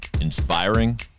inspiring